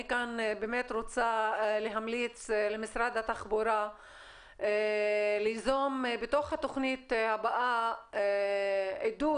אני כאן באמת רוצה להמליץ למשרד התחבורה ליזום בתוך התוכנית הבאה עידוד,